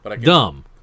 dumb